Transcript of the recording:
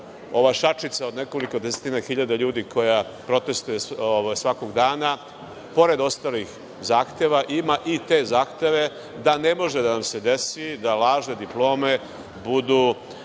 ova šačica od nekoliko desetina hiljada ljudi koja protestvuje svakog dana, pored ostalih zahteva, ima i te zahteve da ne može da se desi da lažne diplome budu